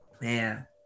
Man